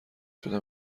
شده